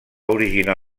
originar